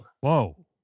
Whoa